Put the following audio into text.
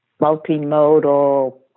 multimodal